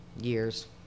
years